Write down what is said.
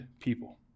people